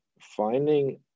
finding